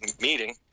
meeting